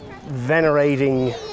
venerating